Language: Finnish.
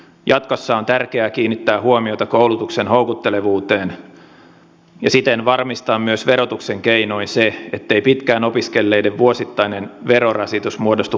jatkossa on tärkeää kiinnittää huomiota koulutuksen houkuttelevuuteen ja siten varmistaa myös verotuksen keinoin se ettei pitkään opiskelleiden vuosittainen verorasitus muodostu kohtuuttomaksi